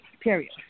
period